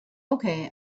okay